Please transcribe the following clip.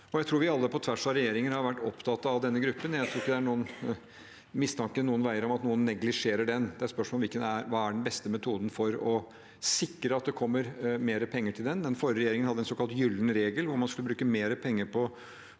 Jeg tror vi alle, på tvers av regjeringer, har vært opptatt av denne gruppen. Jeg tror ikke det er noen mistanke noen veier om at noen neglisjerer den. Det er et spørsmål om hva som er den beste metoden for å sikre at det kommer mer penger til den. Den forrige regjeringen hadde en såkalt gyllen regel, hvor man skulle bruke mer penger på